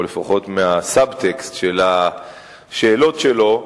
לפחות מסבטקסט השאלות שלו,